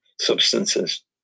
substances